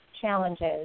challenges